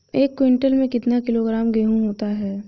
एक क्विंटल में कितना किलोग्राम गेहूँ होता है?